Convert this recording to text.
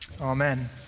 Amen